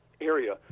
area